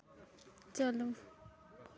ᱪᱟᱹᱞᱩ